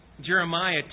Jeremiah